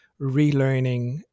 relearning